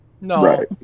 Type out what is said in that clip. No